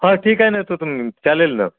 हां ठीक आहे ना तो तुम्ही चालेल ना